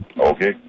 Okay